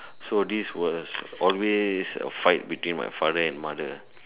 so this was always a fight between my father and mother